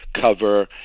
cover